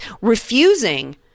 refusing